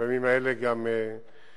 ובימים האלה ההרכב גם יושלם.